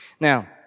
Now